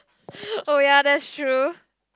oh ya that's true